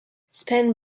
span